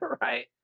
right